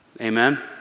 Amen